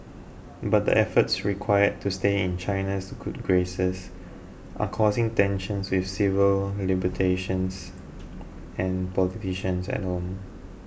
but the efforts required to stay in China's good graces are causing tensions with civil and politicians at home